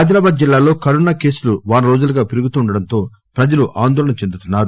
ఆదిలాబాద్ జిల్లాలో కరొనా కేసులు వారం రోజులుగా పెరుగుతుండడంతో ప్రజలు అందోళన చెందుతున్నారు